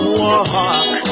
walk